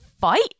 fight